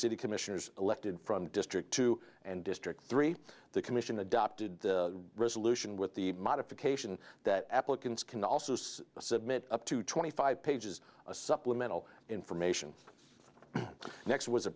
city commissioners elected from district two and district three the commission adopted resolution with the modification that applicants can also submit up to twenty five pages a supplemental information next was a